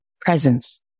Presence